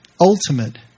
ultimate